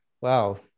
wow